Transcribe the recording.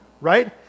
right